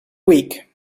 weak